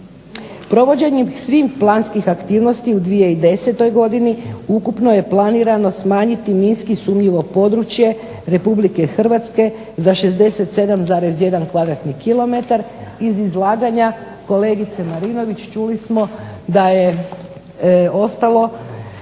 Provođenjem svih planskih aktivnosti u 2010. godini ukupno je planirano smanjiti minski sumnjivo područje Republike Hrvatske za 67,1 km2. Iz izlaganja kolegice Marinović čuli smo da je ostalo